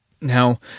Now